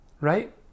right